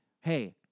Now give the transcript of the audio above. hey